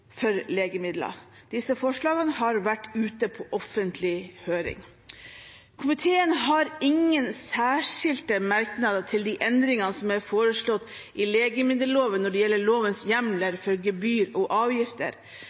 legemidler. Disse forslagene har vært ute på offentlig høring. Komiteen har ingen særskilte merknader til de endringene som er foreslått i legemiddelloven når det gjelder lovens hjemler for gebyr og avgifter.